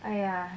!aiya!